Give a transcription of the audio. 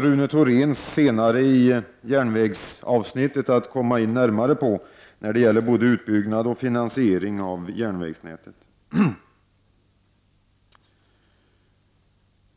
Rune Thorén kommer närmare in på både utbyggnad och finansiering av järnvägsnätet i järnvägsavsnittet i denna debatt.